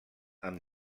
amb